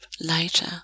later